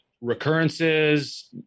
recurrences